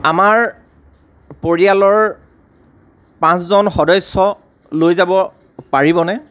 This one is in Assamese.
আমাৰ পৰিয়ালৰ পাঁচজন সদস্যক লৈ যাব পাৰিবনে